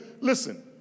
Listen